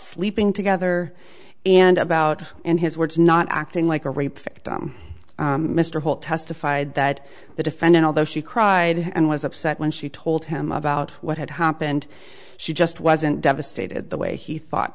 sleeping together and about in his words not acting like a rape victim mr holt testified that the defendant although she cried and was upset when she told him about what had happened she just wasn't devastated the way he thought